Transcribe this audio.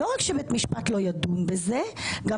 לא רק שבית משפט לא ידון בזה אלא גם